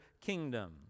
kingdom